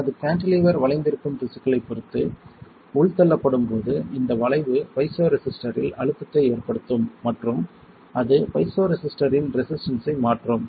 எனது கான்டிலீவர் வளைந்திருக்கும் திசுக்களைப் பொறுத்து உள்தள்ளப்படும் போது இந்த வளைவு பைசோரெசிஸ்டரில் அழுத்தத்தை ஏற்படுத்தும் மற்றும் அது பைசோரெசிஸ்டரின் ரெசிஸ்டன்ஸ் ஐ மாற்றும்